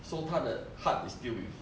so 他的 heart is still with